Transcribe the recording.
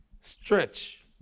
Stretch